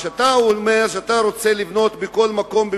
כשאתה אומר שאתה רוצה לבנות בכל מקום,